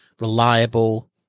reliable